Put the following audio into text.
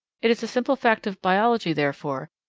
it is a simple fact of biology, therefore,